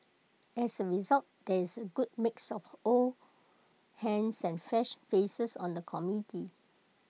as A result there is A good mix of old hands and fresh faces on the committee